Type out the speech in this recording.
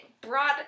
brought